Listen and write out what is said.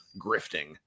grifting